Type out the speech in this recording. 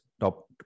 top